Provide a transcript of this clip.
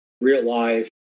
real-life